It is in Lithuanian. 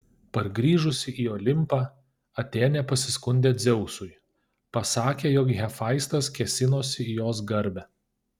pargrįžusi į olimpą atėnė pasiskundė dzeusui pasakė jog hefaistas kėsinosi į jos garbę